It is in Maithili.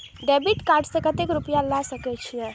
डेबिट कार्ड से कतेक रूपया ले सके छै?